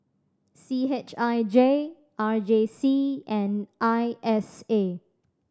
C H I J R J C and I S A